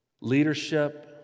leadership